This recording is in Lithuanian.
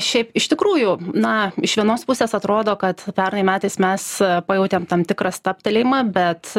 šiaip iš tikrųjų na iš vienos pusės atrodo kad pernai metais mes pajautėm tam tikrą stabtelėjimą bet